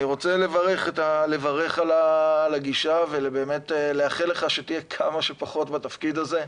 אני רוצה לברך על הגישה ולאחל לך שתהיה כמה שפחות בתפקיד הזה,